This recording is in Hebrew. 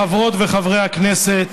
חברות וחברי הכנסת,